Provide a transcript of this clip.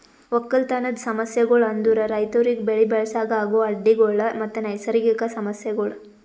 ಒಕ್ಕಲತನದ್ ಸಮಸ್ಯಗೊಳ್ ಅಂದುರ್ ರೈತುರಿಗ್ ಬೆಳಿ ಬೆಳಸಾಗ್ ಆಗೋ ಅಡ್ಡಿ ಗೊಳ್ ಮತ್ತ ನೈಸರ್ಗಿಕ ಸಮಸ್ಯಗೊಳ್